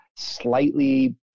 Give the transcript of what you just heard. slightly